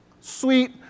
sweet